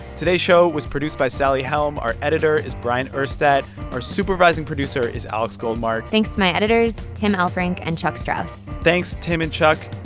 today's show was produced by sally helm. our editor is bryant urstadt. our supervising producer is alex goldmark thanks to my editors, tim elfrink and chuck strouse thanks, tim and chuck.